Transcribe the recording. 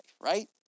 right